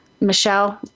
Michelle